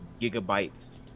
gigabytes